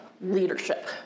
leadership